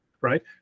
right